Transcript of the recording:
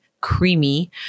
creamy